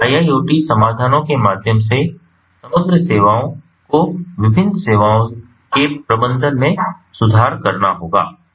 तो IIoT समाधानों के माध्यम से समग्र सेवाओं को विभिन्न सेवाओं के प्रबंधन में सुधार करना होगा